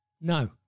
No